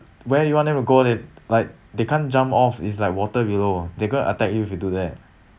where do you want them to go they like they can't jump off it's like water below they're gonna attack you if you do that